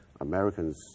Americans